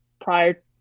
prior